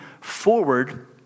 forward